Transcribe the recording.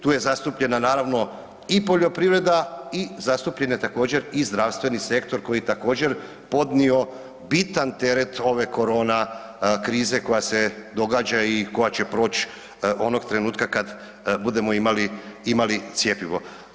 Tu je zastupljena naravno i poljoprivreda i zastupljen je također i zdravstveni sektor koji je također podnio bitan teret ove korona krize koja se događa i koja će proći onog trenutka kad budemo imali, imali cjepivo.